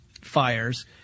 fires